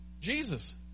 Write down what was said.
Jesus